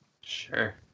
Sure